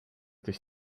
this